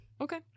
Okay